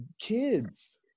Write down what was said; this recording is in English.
kids